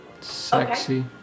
Sexy